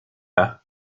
par